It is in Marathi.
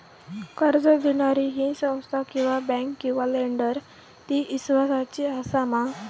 कर्ज दिणारी ही संस्था किवा बँक किवा लेंडर ती इस्वासाची आसा मा?